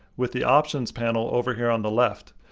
with the options panel over here on the left.